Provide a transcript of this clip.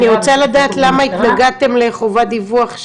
אני רוצה לדעת למה התנגדתם לחובת דיווח,